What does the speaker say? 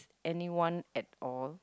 anyone at all